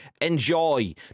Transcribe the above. enjoy